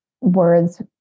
words